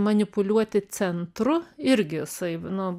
manipuliuoti centru irgi jisai nu